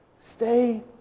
Stay